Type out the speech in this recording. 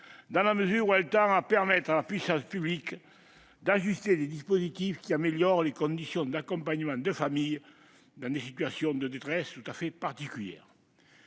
dans la mesure où elle tend à permettre à la puissance publique d'ajuster des dispositifs qui améliorent les conditions d'accompagnement de familles dans des situations de détresse tout à fait particulières.